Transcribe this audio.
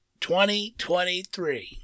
2023